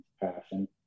passion